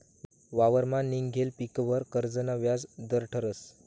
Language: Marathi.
वावरमा निंघेल पीकवर कर्जना व्याज दर ठरस